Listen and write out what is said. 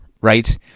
right